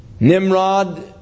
Nimrod